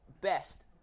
best